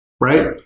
right